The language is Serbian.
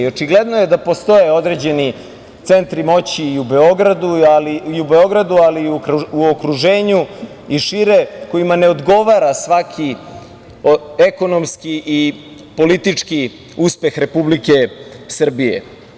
Očigledno je da postoje određeni centri moći i u Beogradu, ali i u okruženju i šire kojima ne odgovara svaki ekonomski i politički uspeh Republike Srbije.